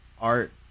art